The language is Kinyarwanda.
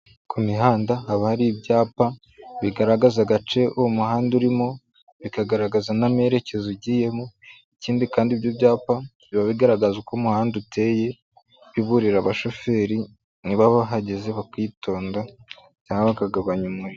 Ku mihanda haba hari ibyapa bigaragaza agace uwo muhanda urimo, bikagaragaza n'amerekezo ugiyemo, ikindi kandi ibyo byapa biba bigaragaza uko umuhanda uteye, biburira abashoferi niba bahageze bakitonda cyangwa bakagabanya umuriro.